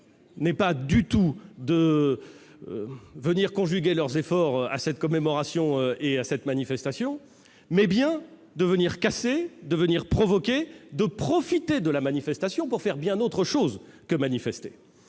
non pas du tout de conjuguer leurs efforts pour cette commémoration et pour cette manifestation, mais bien de casser, de provoquer, de profiter de la manifestation pour faire bien autre chose. Nous en